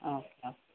okay okay